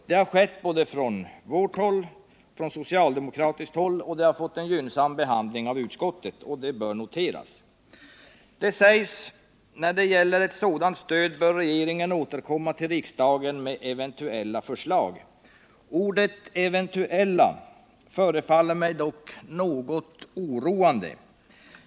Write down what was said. Det har skett från både vårt håll och socialdemokratiskt håll, och det har fått en gynnsam behandling av utskottet. Detta bör noteras. Det sägs att när det gäller sådant stöd bör regeringen återkomma till riksdagen med eventuella förslag. Ordet ”eventuella” förefaller mig dock något oroande.